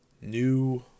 new